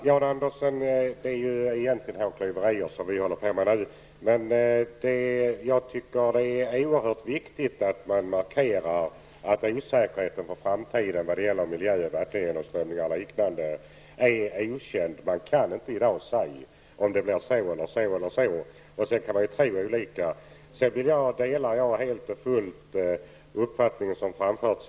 Herr talman! Det är egentligen hårklyverier som vi håller på med nu, Jan Andersson. Jag tycker dock att det är oerhört viktigt att man markerar att det finns en osäkerhet inför framtiden när det gäller miljön och vattengenomströmningen. I dag kan man inte säga om det kommer att bli si eller så. Man kan bara tro på olika sätt. Jag delar helt den uppfattning som framfördes.